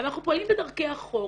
אנחנו פועלים בדרכי החוק.